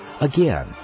Again